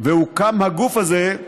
והוקם הגוף הזה,